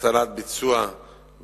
מטלת ביצוע באזרחות.